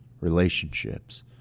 relationships